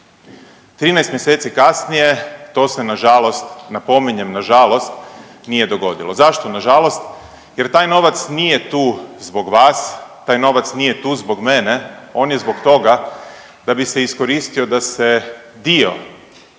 13 mjeseci kasnije to se nažalost, napominjem nažalost nije dogodilo. Zašto nažalost? Jer taj novac nije tu zbog vas, taj novac nije tu zbog mene on je zbog toga da bi se iskoristio da se dio,